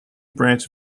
branch